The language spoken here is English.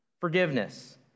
Forgiveness